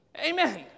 Amen